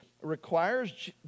requires